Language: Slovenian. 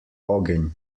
ogenj